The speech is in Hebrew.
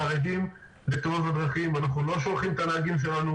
חרדים לתאונות הדרכים ואנחנו לא שולחים את הנהגים שלנו,